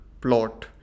plot